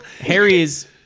harry's